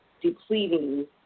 depleting